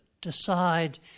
decide